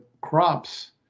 crops